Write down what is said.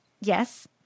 Yes